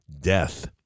death